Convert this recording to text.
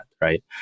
right